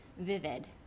vivid